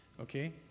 okay